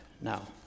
Now